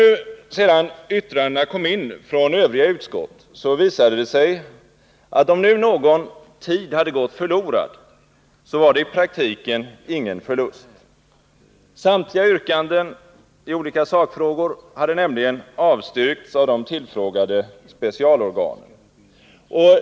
Sedan yttrandena kommit in från övriga utskott har det visat sig att om någon tid hade gått förlorad, var det i praktiken ingen förlust. Samtliga yrkanden i olika sakfrågor hade nämligen avstyrkts av de tillfrågade specialorganen.